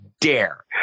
dare